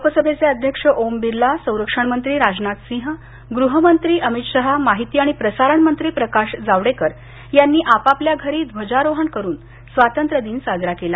लोकसभेचे अध्यक्ष ओम बिर्ला सरक्षणमंत्री राजनाथ सिंह गृहमंत्री अमित शहा माहिती आणि प्रसारण मंत्री प्रकाश जावडेकर यांनी आपापल्या घरी ध्वजारोहण करून स्वातंत्र्यदिन साजरा केला